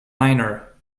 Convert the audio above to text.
niner